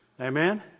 Amen